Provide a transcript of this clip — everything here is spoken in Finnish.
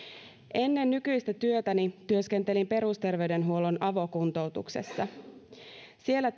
ennen nykyistä työtäni työskentelin perusterveydenhuollon avokuntoutuksessa siellä